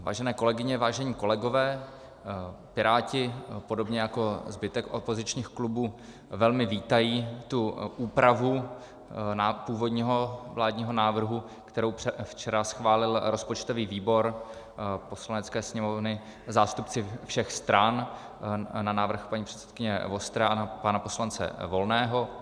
Vážené kolegyně, vážení kolegové, Piráti, podobně jako zbytek opozičních klubů, velmi vítají tu úpravu původního vládního návrhu, kterou včera schválil rozpočtový výbor Poslanecké sněmovny zástupci všech stran na návrh paní předsedkyně Vostré a pana poslance Volného.